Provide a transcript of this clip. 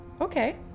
Okay